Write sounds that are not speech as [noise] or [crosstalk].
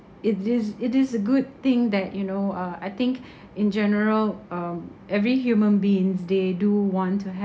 it is it is a good thing that you know uh I think [breath] in general um every human beings they do want to